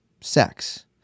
sex